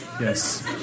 Yes